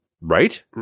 right